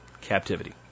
captivity